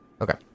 Okay